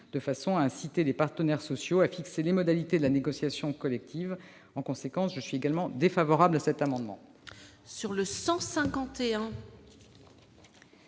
de façon à inciter les partenaires sociaux à fixer les modalités de la négociation collective. Je suis donc aussi défavorable à cet amendement.